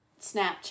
Snapchat